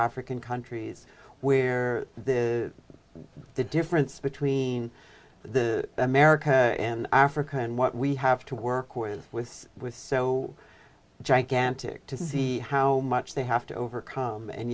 african countries where the difference between the america in africa and what we have to work with with with so gigantic to see how much they have to overcome and